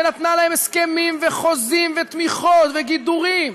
ונתנה להם הסכמים וחוזים ותמיכות וגידורים,